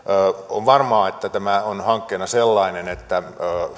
on varmaa että tämä on hankkeena sellainen että